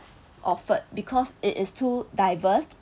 offered because it is too diverse